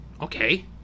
Okay